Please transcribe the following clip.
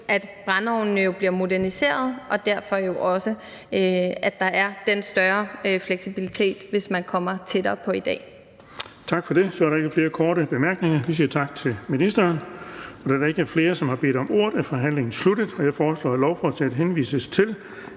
brændeovnene bliver moderniseret, og derfor er der den større fleksibilitet, hvis man kommer tættere på i dag.